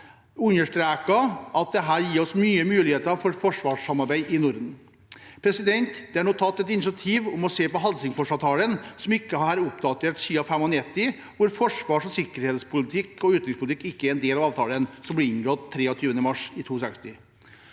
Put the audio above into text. understreket at det gir oss mange muligheter for forsvarssamarbeid i Norden. Det er nå tatt et initiativ om å se på Helsingforsavtalen, som ikke er oppdatert siden 1995. Forsvars- og sikkerhetspolitikk og utenrikspolitikk er ikke er en del av avtalen som ble inngått 23. mars i 1962.